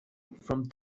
from